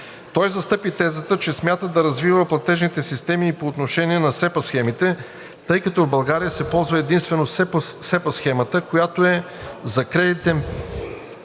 Той застъпи тезата, че смята да развива платежните системи и по отношение на СЕПА схемите, тъй като в България се ползва единствено СЕПА схемата, която е за кредитен